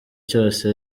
cyose